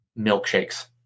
milkshakes